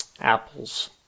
apples